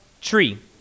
tree